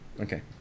Okay